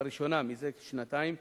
לראשונה מזה שנתיים,